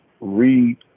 read